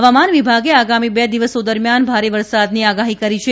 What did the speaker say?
ફવામાન વિભાગે આગામી બે દિવસો દરમિયાન ભારે વરસાદની આગાહી કરી છે